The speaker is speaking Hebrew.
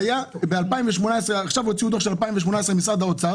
עכשיו משרד האוצר הוציא דוח של 2018,